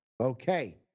Okay